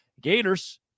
Gators